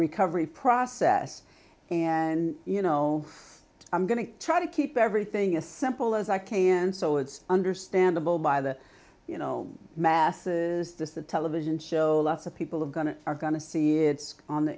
recovery process and you know i'm going to try to keep everything a simple as i can so it's understandable by the you know masses just a television show lots of people are going to are going to see it's on the